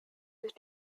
sich